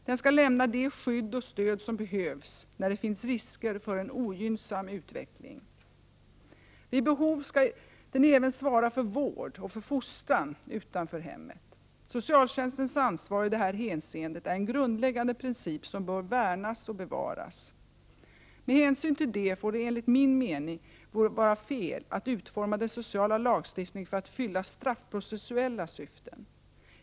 Den skall lämna det skydd och stöd som behövs när det finns risker för en ogynnsam utveckling. Vid behov skall den även svara för vård och fostran utanför hemmet. Socialtjänstens ansvar i detta hänseende är en grundläggande princip som bör värnas och bevaras. Med hänsyn till detta vore det enligt min mening fel att utforma den sociala lagstiftningen för att fylla straffprocessuella syften.